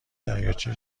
دریاچه